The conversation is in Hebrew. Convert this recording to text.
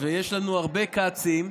ויש לנו הרבה כצים.